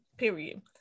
period